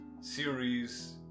series